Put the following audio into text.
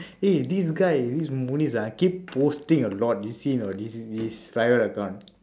eh this guy this munice ah keep posting a lot you see anot his his private account